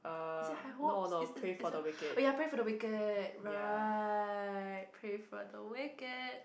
is it High Hopes is is the oh ya Pray For the Wicked right Pray For the Wicked